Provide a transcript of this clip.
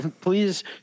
Please